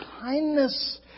kindness